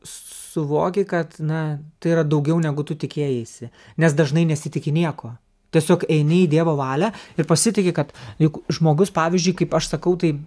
suvoki kad na tai yra daugiau negu tu tikėjaisi nes dažnai nesitiki nieko tiesiog eini į dievo valią ir pasitiki kad juk žmogus pavyzdžiui kaip aš sakau tai